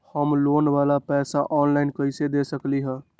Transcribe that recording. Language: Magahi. हम लोन वाला पैसा ऑनलाइन कईसे दे सकेलि ह?